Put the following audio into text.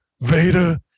Vader